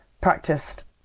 practiced